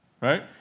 Right